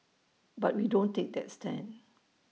but we don't take that stand